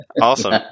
awesome